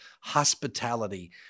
hospitality